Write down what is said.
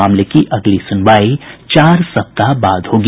मामले की अगली सुनवाई चार सप्ताह बाद होगी